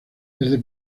desde